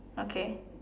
okay